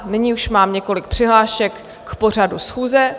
Nyní už mám několik přihlášek k pořadu schůze.